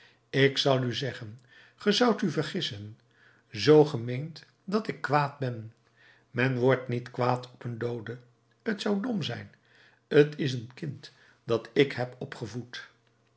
ik zal u zeggen ge zoudt u vergissen zoo ge meent dat ik kwaad ben men wordt niet kwaad op een doode t zou dom zijn t is een kind dat ik heb opgevoed